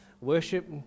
Worship